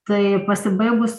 tai pasibaigus